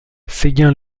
séguin